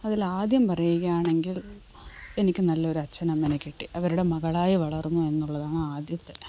അതിൽ ആദ്യം പറയുകയാണെങ്കിൽ എനിക്ക് നല്ലൊരു അച്ഛൻ അമ്മേനെ കിട്ടി അവരുടെ മകളായി വളർന്നു എന്നുള്ളതാണ് ആദ്യത്തെ